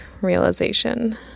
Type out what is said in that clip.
realization